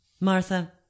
Martha